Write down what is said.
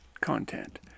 content